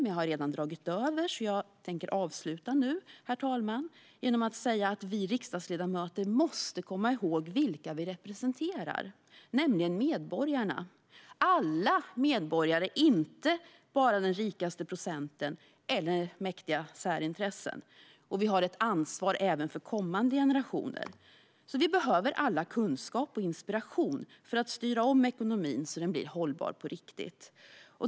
Men jag har redan överskridit min talartid, så jag avslutar nu, herr talman, med att säga att vi riksdagsledamöter måste komma ihåg vilka vi representerar, nämligen medborgarna - alla medborgare - inte bara den rikaste procenten eller mäktiga särintressen. Och vi har ett ansvar även för kommande generationer, så vi behöver alla kunskap och inspiration för att styra om ekonomin så att den blir hållbar på riktigt.